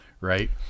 right